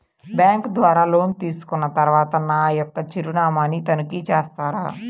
Bank ద్వారా loan తీసుకున్న తరువాత నా యొక్క చిరునామాని తనిఖీ చేస్తారా?